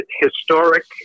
historic